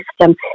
system